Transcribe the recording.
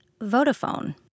Vodafone